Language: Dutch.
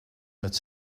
met